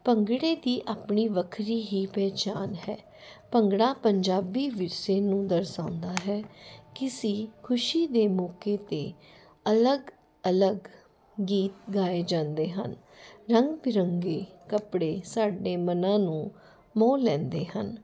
ਭੰਗੜੇ ਦੀ ਆਪਣੀ ਵੱਖਰੀ ਹੀ ਪਹਿਚਾਣ ਹੈ ਭੰਗੜਾ ਪੰਜਾਬੀ ਵਿਰਸੇ ਨੂੰ ਦਰਸਾਉਂਦਾ ਹੈ ਕਿਸੇ ਖੁਸ਼ੀ ਦੇ ਮੌਕੇ 'ਤੇ ਅਲੱਗ ਅਲੱਗ ਗੀਤ ਗਾਏ ਜਾਂਦੇ ਹਨ ਰੰਗ ਬਿਰੰਗੇ ਕੱਪੜੇ ਸਾਡੇ ਮਨਾਂ ਨੂੰ ਮੋਹ ਲੈਂਦੇ ਹਨ